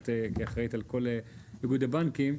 את כאחראית על כל איגוד הבנקים,